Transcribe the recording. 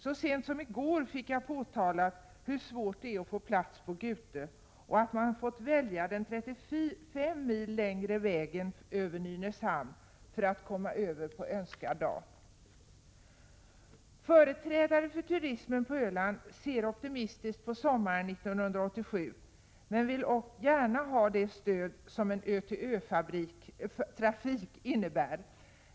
Så sent som i går fick jag höra hur svårt det är att få plats på Gute och att man fått välja den 35 mil längre vägen över Nynäshamn för att kunna komma över på önskad dag. Företrädare för turismen på Öland ser optimistiskt på sommaren 1987 men vill gärna ha det stöd som en ö-till-ö-trafik innebär.